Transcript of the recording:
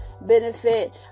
benefit